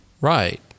Right